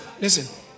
listen